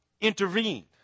intervened